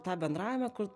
tą bendravimą kur